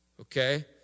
Okay